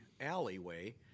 alleyway